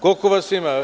Koliko vas ima?